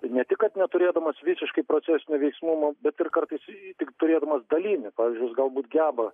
ne tik kad neturėdamas visiškai procesinio veiksnumo bet ir kartais tik turėdamos dalinį pavyzdžiui jis galbūt geba